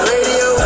Radio